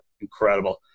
incredible